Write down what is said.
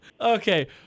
Okay